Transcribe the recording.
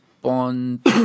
Bond